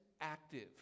active